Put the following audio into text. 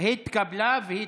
הכנסת נתקבלה.